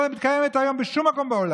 לא תגנוב, לא שכחתי לא תגנוב.